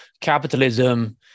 Capitalism